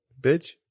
bitch